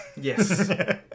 Yes